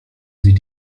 sie